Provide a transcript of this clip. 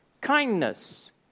kindness